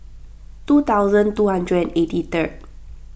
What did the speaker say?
two thousand two hundred and eighty third